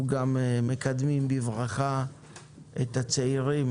אנחנו גם מקדמים בברכה את הצעירים